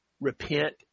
repent